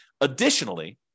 Additionally